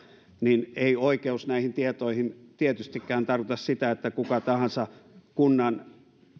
niin ei oikeus näihin tietoihin tietystikään tarkoita sitä että kuka tahansa